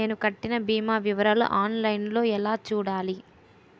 నేను కట్టిన భీమా వివరాలు ఆన్ లైన్ లో ఎలా చూడాలి?